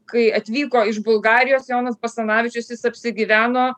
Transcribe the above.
kai atvyko iš bulgarijos jonas basanavičius jis apsigyveno